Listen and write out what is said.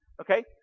Okay